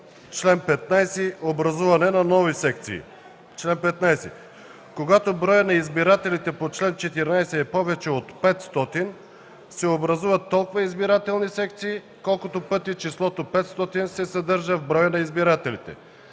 КАРАДАЙЪ: „Образуване на нови секции Чл. 15. Когато броят на избирателите по чл. 14 е повече от 500, се образуват толкова избирателни секции, колкото пъти числото 500 се съдържа в броя на избирателите.